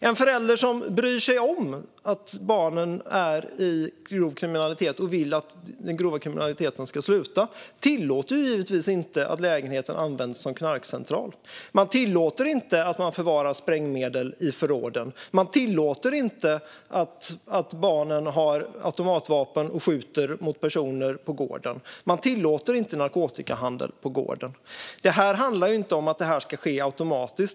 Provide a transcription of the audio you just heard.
En förälder som bryr sig om att barnen bedriver grov kriminalitet och vill att den grova kriminaliteten ska sluta tillåter givetvis inte att lägenheten används som knarkcentral. Man tillåter inte att det förvaras sprängmedel i förråden. Man tillåter inte att barnen har automatvapen och skjuter mot personer på gården. Man tillåter inte narkotikahandel på gården. Det här handlar inte om att detta ska ske automatiskt.